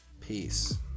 Peace